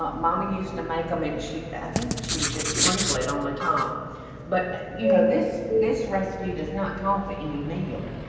ah mama used to make them. and she, i think she would just sprinkle it on the top but you know, this, this recipe does not call for any meal.